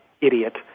Idiot